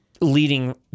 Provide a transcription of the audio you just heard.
leading